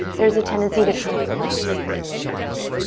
there's a tendency to kind of collapse in the low back.